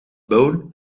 bone